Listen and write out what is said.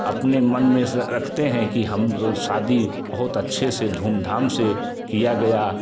अपने मन में स रखते हैं कि हम शादी बहुत अच्छे से धूम धाम से किया गया